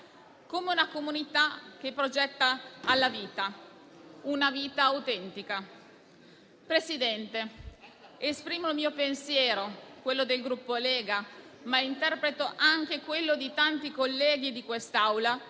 come una comunità che progetta la vita, una vita autentica. Signor Presidente, esprimo il pensiero mio e quello del Gruppo Lega, ma interpreto anche quello di tanti colleghi di quest'Assemblea